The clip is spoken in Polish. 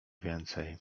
więcej